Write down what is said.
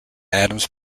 adams